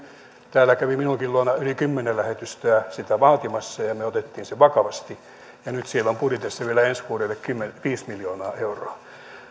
täällä kävi minunkin luonani yli kymmenen lähetystöä sitä vaatimassa me otimme sen vakavasti ja nyt siellä on budjetissa vielä ensi vuodelle viisi miljoonaa euroa